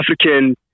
African